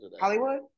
Hollywood